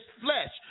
flesh